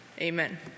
Amen